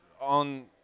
on